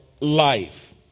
life